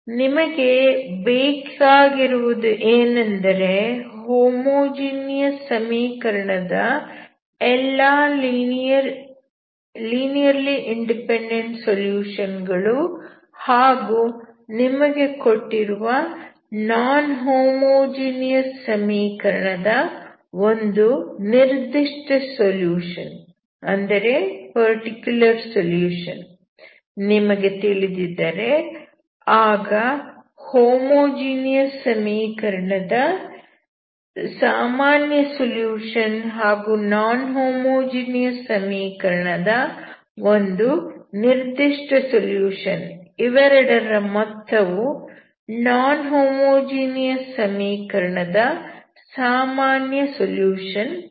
ನಿಮಗೆ ಬೇಕಾಗಿರುವುದು ಏನೆಂದರೆ ಹೋಮೋಜಿನಿಯಸ್ ಸಮೀಕರಣ ದ ಎಲ್ಲಾ ಲೀನಿಯರ್ಲಿ ಇಂಡಿಪೆಂಡೆಂಟ್ ಸೊಲ್ಯೂಷನ್ ಗಳು ಹಾಗೂ ನಿಮಗೆ ಕೊಟ್ಟಿರುವ ನಾನ್ ಹೋಮೋಜಿನಿಯಸ್ ಸಮೀಕರಣ ದ ಒಂದು ನಿರ್ದಿಷ್ಟ ಸೊಲ್ಯೂಷನ್ ನಿಮಗೆ ತಿಳಿದಿದ್ದರೆ ಆಗ ಹೋಮೋಜಿನಿಯಸ್ ಸಮೀಕರಣ ದ ಸಾಮಾನ್ಯ ಸೊಲ್ಯೂಷನ್ ಹಾಗೂ ನಾನ್ ಹೋಮೋಜಿನಿಯಸ್ ಸಮೀಕರಣ ದ ಒಂದು ನಿರ್ದಿಷ್ಟ ಸೊಲ್ಯೂಷನ್ ಇವೆರಡರ ಮೊತ್ತವು ನಾನ್ ಹೋಮೋಜಿನಿಯಸ್ ಸಮೀಕರಣ ದ ಸಾಮಾನ್ಯ ಸೊಲ್ಯೂಷನ್ ಆಗಿರುತ್ತದೆ